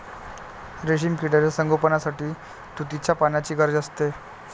रेशीम किड्यांच्या संगोपनासाठी तुतीच्या पानांची गरज असते